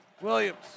Williams